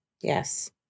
yes